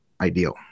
ideal